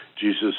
Jesus